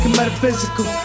metaphysical